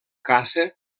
caça